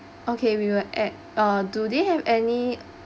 okay we will add uh do they have any